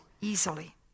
easily